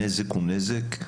הנזק הוא נזק,